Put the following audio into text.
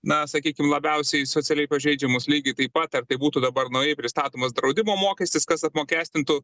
na sakykim labiausiai socialiai pažeidžiamus lygiai taip pat ar tai būtų dabar naujai pristatomas draudimo mokestis kas apmokestintų